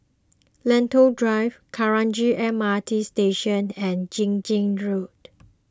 Lentor Drive Kranji M R T Station and Fiji Road